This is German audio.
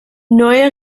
neue